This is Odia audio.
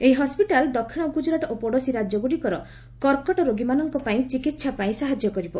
ଏହି ହସ୍କିଟାଲ ଦକ୍ଷିଣ ଗୁଜୁରାଟ ଓ ପଡୋଶୀ ରାଜ୍ୟଗୁଡ଼ିକର କର୍କଟ ରୋଗୀମାନଙ୍କର ଚିକିତ୍ସା ପାଇଁ ସାହାଯ୍ୟ କରିବ